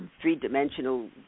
three-dimensional